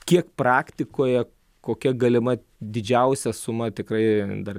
kiek praktikoje kokia galima didžiausia suma tikrai dar